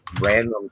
random